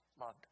loved